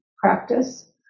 practice